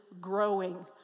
growing